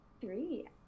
three